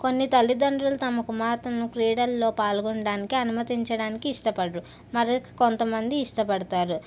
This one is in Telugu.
కొన్నితల్లిదండ్రులు తమ కుమార్తెను క్రీడల్లో పాల్గొనడానికి అనుమతించడానికి ఇష్టపడరు మరియు కొంతమంది ఇష్టపడతారు